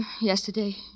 Yesterday